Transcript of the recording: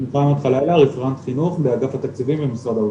אני רפרנט חינוך באגף התקציבים במשרד האוצר.